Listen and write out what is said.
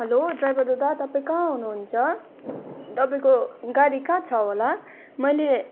hello driver दादा तपाईँ कहाँ हुनु हुन्छ तपाईँको गाडी कहाँ छ होला मैले